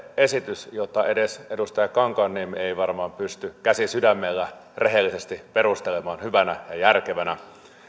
esitys jota edes edustaja kankaanniemi ei ei varmaan pysty käsi sydämellä rehellisesti perustelemaan hyvänä ja järkevänä